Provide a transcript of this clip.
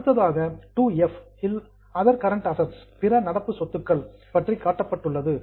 அடுத்ததாக 2 இல் other current assets பிற நடப்பு சொத்துக்கள் பற்றி காட்டப்பட்டுள்ளது